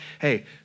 Hey